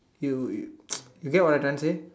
you you you get what I'm trying to say